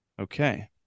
Okay